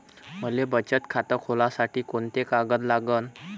मले बचत खातं खोलासाठी कोंते कागद लागन?